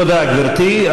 תודה, גברתי.